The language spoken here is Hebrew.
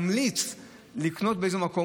שמשרד התחבורה ימליץ לקנות באיזה מקום,